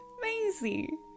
Amazing